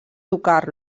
tocar